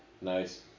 Nice